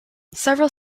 several